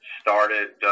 started